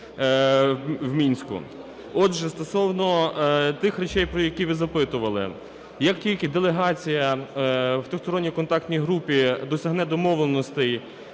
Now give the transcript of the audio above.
у Мінську. Отже, стосовно тих речей, про які ви запитували. Як тільки делегація у Трьохсторонній контактній групі досягне домовленостей